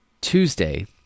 Tuesday